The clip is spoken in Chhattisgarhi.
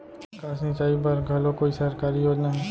का सिंचाई बर घलो कोई सरकारी योजना हे?